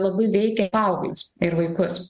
labai veikia paauglius ir vaikus